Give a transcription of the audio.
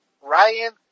Ryan